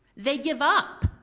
they give up,